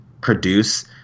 produce